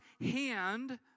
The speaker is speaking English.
hand